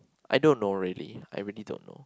I don't know really I really don't know